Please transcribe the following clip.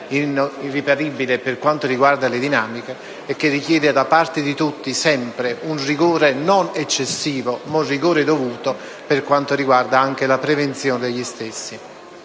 irripetibile per quanto riguarda le dinamica, e che richiede da parte di tutti, sempre, un rigore, non eccessivo ma dovuto, per quanto riguarda la prevenzione. Mi